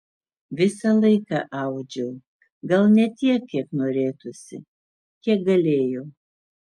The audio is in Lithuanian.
visą laiką audžiau gal ne tiek kiek norėtųsi kiek galėjau